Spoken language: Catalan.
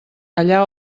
allà